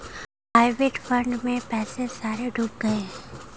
hybrid fund में पैसे सारे डूब गए